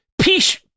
Peace